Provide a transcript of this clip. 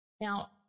Now